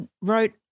wrote